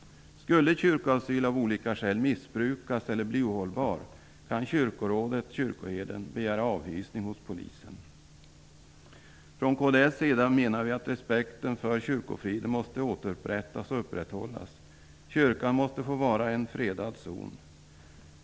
Skulle kyrkoasylen av olika skäl missbrukas eller bli ohållbar, kan kyrkorådet eller kyrkoherden begära avhysning hos polisen. Vi i kds menar att respekten för kyrkofriden måste återupprättas och upprätthållas. Kyrkan måste få vara en fredad zon.